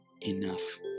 enough